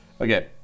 Okay